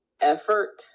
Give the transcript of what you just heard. effort